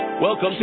Welcome